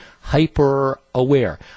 hyper-aware